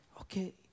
Okay